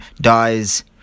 dies